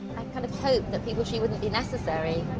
kind of hoped that people tree wouldn't be necessary,